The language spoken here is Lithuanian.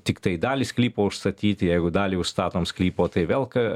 tiktai dalį sklypo užstatyti jeigu dalį užstatom sklypo tai vėl ką